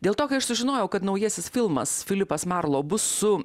dėl to kai aš sužinojau kad naujasis filmas filipas marlau bus su